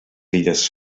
illes